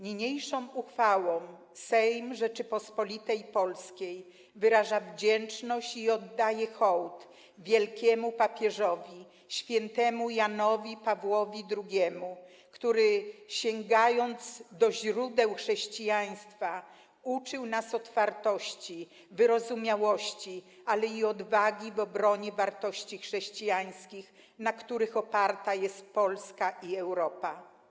Niniejszą uchwałą Sejm Rzeczypospolitej Polskiej wyraża wdzięczność i oddaje hołd Wielkiemu Papieżowi św. Janowi Pawłowi II, który, sięgając do źródeł chrześcijaństwa, uczył nas otwartości, wyrozumiałości, ale i odwagi w obronie wartości chrześcijańskich, na których oparta jest Polska i Europa.